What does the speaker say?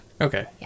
Okay